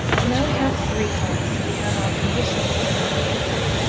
and now, we have three columns. so we have our conditionals, our ifs,